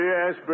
Yes